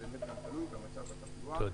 זה תלוי גם במצב התחלואה,